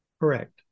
Correct